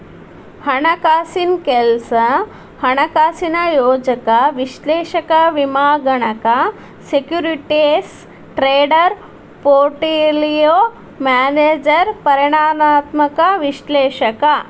ಹಣಕಾಸಿನ್ ಕೆಲ್ಸ ಹಣಕಾಸಿನ ಯೋಜಕ ವಿಶ್ಲೇಷಕ ವಿಮಾಗಣಕ ಸೆಕ್ಯೂರಿಟೇಸ್ ಟ್ರೇಡರ್ ಪೋರ್ಟ್ಪೋಲಿಯೋ ಮ್ಯಾನೇಜರ್ ಪರಿಮಾಣಾತ್ಮಕ ವಿಶ್ಲೇಷಕ